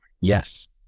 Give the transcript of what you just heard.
Yes